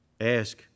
ask